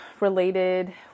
related